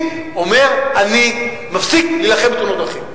אומר: אני מפסיק להילחם בתאונות הדרכים.